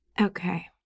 Okay